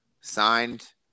signed